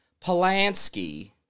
Polanski